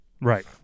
Right